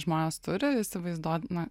žmonės turi įsivaizduot na